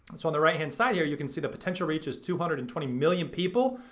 and so on the right-hand side here you can see the potential reach is two hundred and twenty million people.